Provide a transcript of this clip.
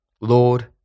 Lord